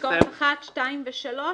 פסקאות (1), (2) ו-(3).